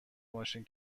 ماشین